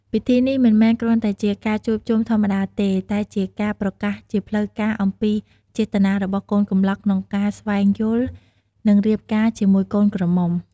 ពិធីនេះមិនមែនគ្រាន់តែជាការជួបជុំធម្មតាទេ តែជា ការប្រកាសជាផ្លូវការ អំពីចេតនារបស់កូនកំលោះក្នុងការ ស្វែងយល់ និង រៀបការ ជាមួយកូនក្រមុំ។